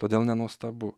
todėl nenuostabu